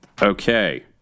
Okay